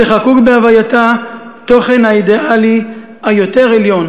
שחקוק בהווייתה תוכן האידיאלי היותר עליון